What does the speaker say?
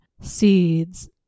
seeds